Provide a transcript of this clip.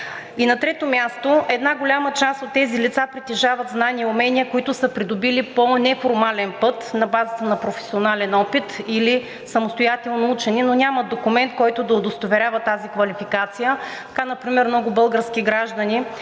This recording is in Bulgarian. На трето място, една голяма част от тези лица, притежават знания и умения, които са придобили по неформален път, на базата на професионален опит или самостоятелно учене, но нямат документ, който да удостоверява тази квалификация. Така например много български граждани